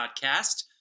podcast